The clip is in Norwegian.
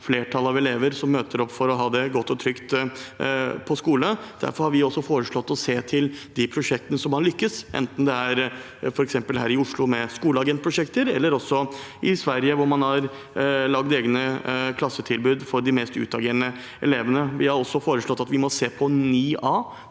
flertallet av elever som møter opp for å ha det godt og trygt på skolen. Derfor har vi også foreslått å se til de prosjektene som har lyktes, enten det er f.eks. skoleagentprosjekter her i Oslo, eller det er i Sverige, hvor man har laget egne klassetilbud for de mest utagerende elevene. Vi har også foreslått å se på